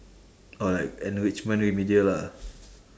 or like enrichment remedial lah